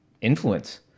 influence